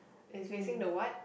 it's facing the what